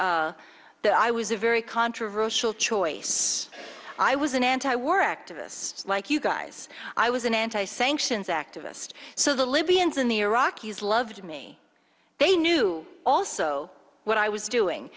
the i was a very controversial choice i was an anti war activist like you guys i was an anti sanctions activist so the libyans and the iraqis loved me they knew also what i was doing